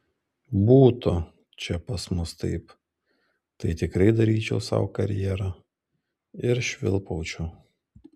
būtų čia pas mus taip tai tikrai daryčiau sau karjerą ir švilpaučiau